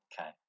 Okay